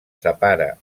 separa